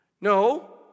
No